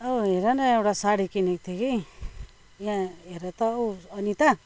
ओ हेर न एउटा साडी किनेको थिएँ कि यहाँ हेर त ओअनिता